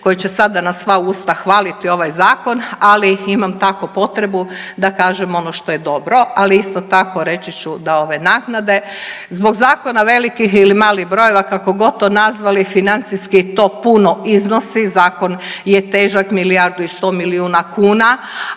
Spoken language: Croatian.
koji će sada na sva usta hvaliti ovaj zakon, ali imam tako potrebu da kažem ono što je dobro, ali isto tako reći ću da ove naknade zbog zakona velikih ili malih brojeva kako god to nazvali financijski to puno iznosi. Zakon je težak milijardu i 100 milijuna kuna,